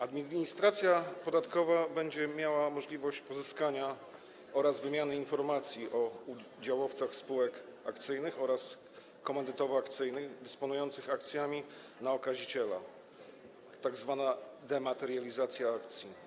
Administracja podatkowa będzie miała możliwość pozyskania oraz wymiany informacji o udziałowcach spółek akcyjnych oraz komandytowo-akcyjnych, dysponujących akcjami na okaziciela - tzw. dematerializacja akcji.